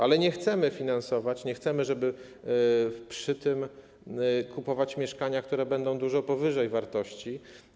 Ale nie chcemy finansować, nie chcemy, żeby przy tym kupowano mieszkania, które będą sprzedawane dużo powyżej wartości.